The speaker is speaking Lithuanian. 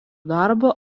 darbo